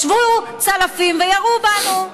ישבו צלפים וירו בנו.